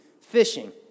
fishing